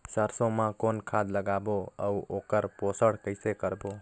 सरसो मा कौन खाद लगाबो अउ ओकर पोषण कइसे करबो?